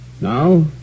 Now